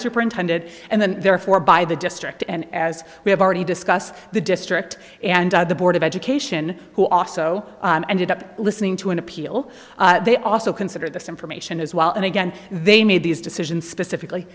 superintendent and the therefore by the district and as we have already discussed the district and the board of education who also ended up listening to an appeal they also considered this information as well and again they made these decisions specifically